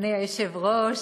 אדוני היושב-ראש,